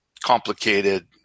complicated